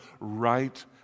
right